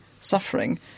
suffering